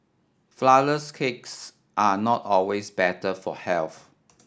flourless cakes are not always better for health